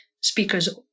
Speakers